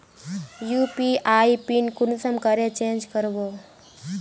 UPI pin कुंसम करे change करबो?